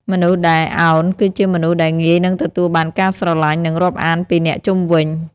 មនុស្សដែល «ឱន» គឺជាមនុស្សដែលងាយនឹងទទួលបានការស្រឡាញ់ និងរាប់អានពីអ្នកជុំវិញ។